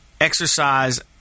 exercise